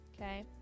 Okay